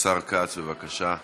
השר כץ, בבקשה.